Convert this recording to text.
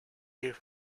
you